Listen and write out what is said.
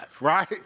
right